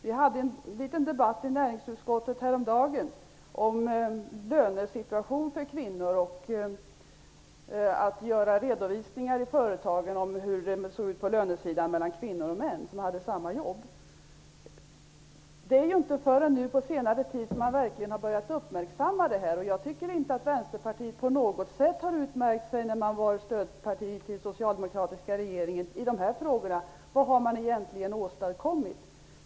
Vi hade en liten debatt i näringsutskottet häromdagen om lönesituationen för kvinnor och om att företagen redovisar löneskillnader mellan kvinnor och män som har samma jobb. Det är inte förrän på senare tid som man verkligen har börjat uppmärksamma skillnaderna. Jag tycker inte att Vänsterpartiet utmärkte sig på något sätt i dessa frågor när partiet var stödparti för den socialdemokratiska regeringen. Vad har ni egentligen åstadkommit?